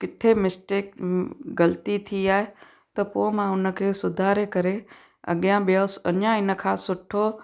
किथे मिस्टेक ग़लती थी आहे त पोइ मां हुनखे सुधारे करे अॻियां ॿियो अञा हिन खां सुठो